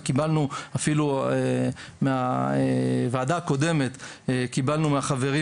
וקיבלנו אפילו מהוועדה הקודמת ומהחברים